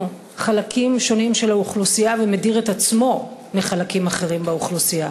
חלקים שונים של האוכלוסייה ומדיר את עצמו מחלקים אחרים באוכלוסייה.